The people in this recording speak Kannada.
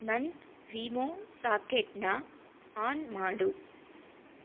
ನನ್ನ ವೀಮೊ ಸಾಕೆಟನ್ನ ಆನ್ ಮಾಡು